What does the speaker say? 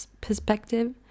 perspective